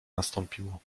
nastąpiło